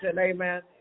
amen